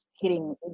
hitting